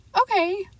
okay